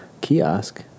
kiosk